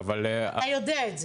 אתה יודע את זה.